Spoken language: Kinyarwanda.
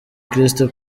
crystal